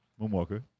Moonwalker